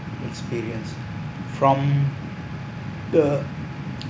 experience from the